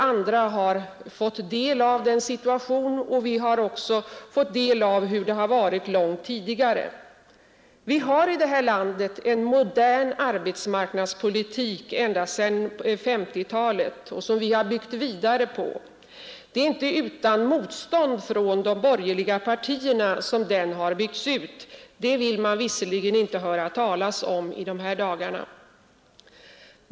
Andra har fått del av situationen, och vi har också fått del av hur det varit långt tidigare. Vi har i detta land en modern arbetsmarknadspolitik ända sedan 1950-talet, en politik som vi byggt vidare på. Det är inte utan motstånd från de borgerliga partierna som den byggts ut, men det vill man inte höra talas om i dessa dagar.